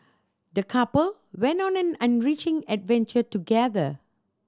the couple went on an an enriching adventure together